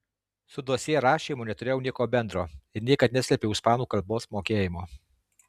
su dosjė rašymu neturėjau nieko bendro ir niekad neslėpiau ispanų kalbos mokėjimo